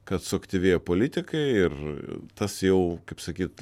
kad suaktyvėja politikai ir tas jau kaip sakyt